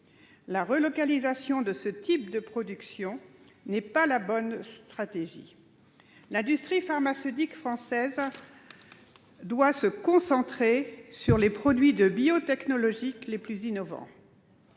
? Relocaliser ce type de production n'est pas la bonne stratégie. L'industrie pharmaceutique française doit se concentrer sur les produits biotechnologiques les plus innovants.